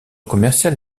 commercial